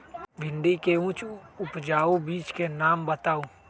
भिंडी के उच्च उपजाऊ बीज के नाम बताऊ?